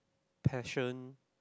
passion